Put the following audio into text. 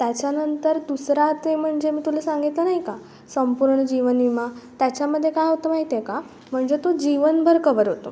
त्याच्यानंतर दुसरा ते म्हणजे मी तुला सांगितलं नाही का संपूर्ण जीवनविमा त्याच्यामध्ये काय होतं माहिती आहे का म्हणजे तो जीवनभर कव्हर होतो